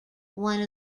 one